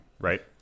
Right